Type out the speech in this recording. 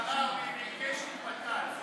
הרחבת הגדרת הגזענות,